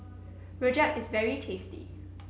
Rojak is very tasty